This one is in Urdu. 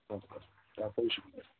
اوکے خدا حافظ شکریہ